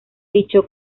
dicho